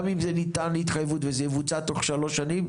גם אם ניתן להתחייבות וזה יבוצע בתוך שלוש שנים,